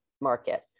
market